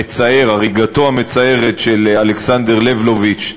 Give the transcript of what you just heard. המצער, הריגתו המצערת, של אלכסנדר לבלוביץ,